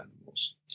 animals